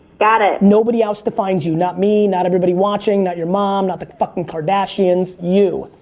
got it. nobody else defines you. not me, not everybody watching, not your mom, not the fucking kardashians, you.